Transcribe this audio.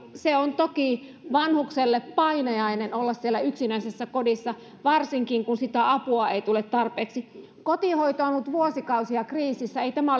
se on toki vanhukselle painajainen olla siellä yksinäisessä kodissa varsinkin kun sitä apua ei tule tarpeeksi kotihoito on ollut vuosikausia kriisissä ei tämä